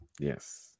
Yes